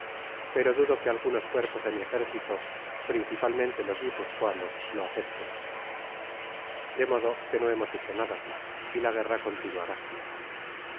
pero dudo que algunos cuerpos de mi ejército principalmente los guipuzcoanos lo acepten de modo que no hemos hecho nada y la guerra continuará